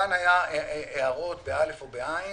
כאן היו הערות, ב-א' או ב-ע'.